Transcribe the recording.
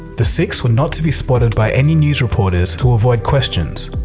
the six were not to be spotted by any news reporters to avoid questions.